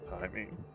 timing